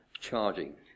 charging